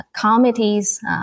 committees